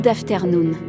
afternoon